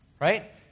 right